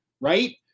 right